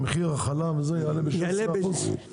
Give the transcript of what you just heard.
שמחיר החלב יעלה ב-16%?